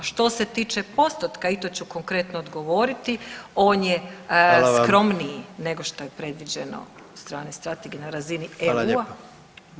Što se tiče postotka i to ću konkretno odgovoriti on je skromniji [[Upadica predsjednik: Hvala vam.]] nego što je predviđeno od strane strategije na razini EU-a.